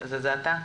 בבקשה.